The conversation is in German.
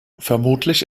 vermutlich